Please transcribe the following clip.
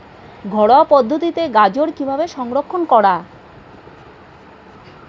ঘরোয়া পদ্ধতিতে গাজর কিভাবে সংরক্ষণ করা?